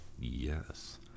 Yes